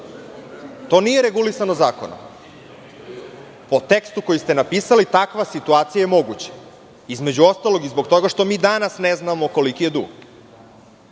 To nije regulisano zakonom. Po tekstu koji ste napisali, takva situacija je moguća, između ostalog i zbog toga što mi danas ne znamo koliki je dug.